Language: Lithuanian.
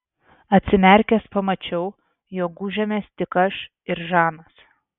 atsimerkęs pamačiau jog gūžėmės tik aš ir žanas